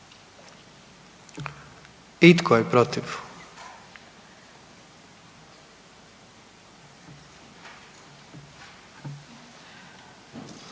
I tko je protiv?